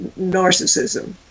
narcissism